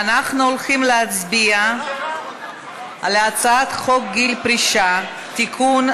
אנחנו הולכים להצביע על הצעת חוק גיל פרישה (תיקון,